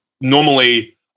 Normally